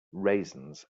raisins